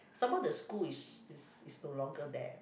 some more the school is is is no longer there